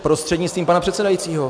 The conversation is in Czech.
Prostřednictvím pana předsedajícího.